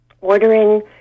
ordering